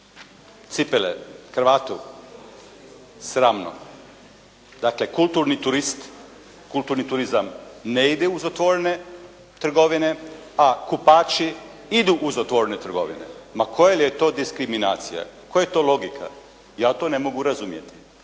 cipele, kravatu. Sramno. Dakle, kulturni turist, kulturni turizam ne ide uz otvorene trgovine a kupači idu uz otvorene trgovine. Ma koja je to diskriminacija, koja je to logika. Ja to ne mogu razumjeti.